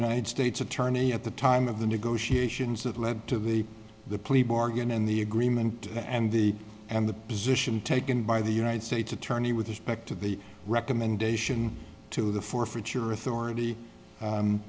united states attorney at the time of the negotiations that led to the the plea bargain and the agreement and the and the position taken by the united states attorney with respect to the recommendation to the forfeiture authority